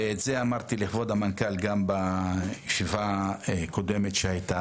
ואת זה אמרתי למנכ"ל גם בישיבה הקודמת שהיתה